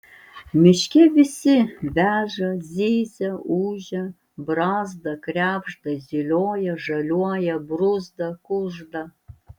miške visi veža zyzia ūžia brazda krebžda zylioja žaliuoja bruzda kužda